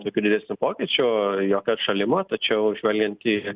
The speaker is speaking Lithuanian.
tokių didsnių pokyčių jokio atšalimo tačiau žvelgiant į